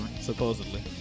Supposedly